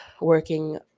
working